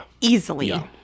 easily